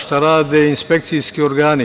Šta rade inspekcijski organi?